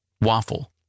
waffle